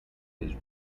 his